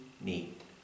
need